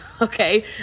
Okay